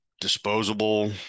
disposable